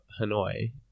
Hanoi